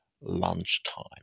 lunchtime